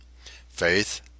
faith